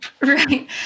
Right